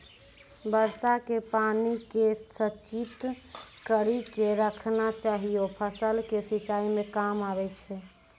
वर्षा के पानी के संचित कड़ी के रखना चाहियौ फ़सल के सिंचाई मे काम आबै छै?